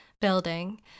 building